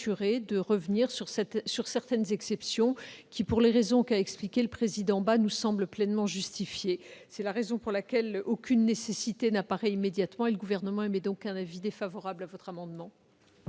de revenir sur certaines exceptions qui, pour les raisons expliquées par M. le rapporteur, nous semblent pleinement justifiées. C'est la raison pour laquelle, aucune nécessité n'apparaissant immédiatement, le Gouvernement émet un avis défavorable sur cet amendement.